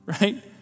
right